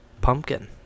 Pumpkin